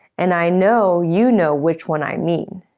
and i know you know which one i mean.